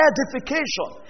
Edification